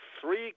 Three